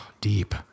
Deep